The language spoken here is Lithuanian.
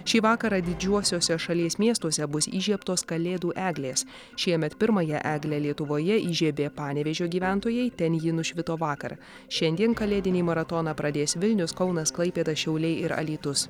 šį vakarą didžiuosiuose šalies miestuose bus įžiebtos kalėdų eglės šiemet pirmąją eglę lietuvoje įžiebė panevėžio gyventojai ten ji nušvito vakar šiandien kalėdinį maratoną pradės vilnius kaunas klaipėda šiauliai ir alytus